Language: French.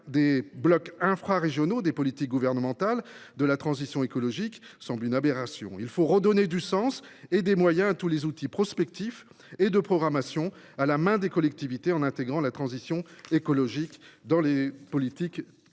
des blocs infrarégionaux des politiques gouvernementales de la transition écologique est une aberration. Il faut redonner du sens et des moyens à tous les outils prospectifs et de programmation qui sont à la main des collectivités. Et il faut à cet effet intégrer la transition écologique dans les politiques qui